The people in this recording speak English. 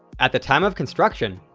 at the time of construction,